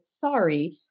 sorry